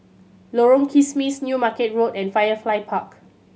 Lorong Kismis New Market Road and Firefly Park